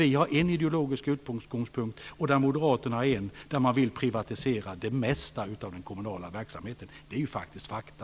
Vi har en ideologisk utgångspunkt och moderaterna har en där de vill privatisera det mesta av den kommunala verksamheten. Det är faktiskt fakta.